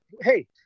hey